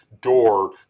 door